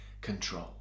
control